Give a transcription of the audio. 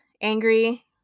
angry